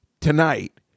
tonight